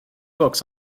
books